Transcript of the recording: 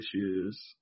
issues